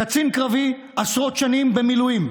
קצין קרבי עשרות שנים במילואים,